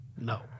No